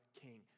king